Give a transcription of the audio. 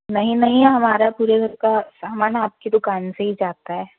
नहीं नहीं हमारे पूरे घर का सामान आपकी दुकान से ही जाता है